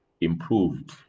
improved